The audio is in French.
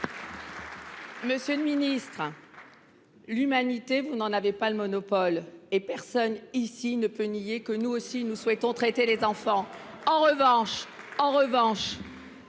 Monsieur le Ministre. L'Humanité vous n'en avez pas le monopole et personne ici ne peut nier que nous aussi nous souhaitons traiter les enfants. En revanche, en revanche.